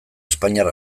espainiar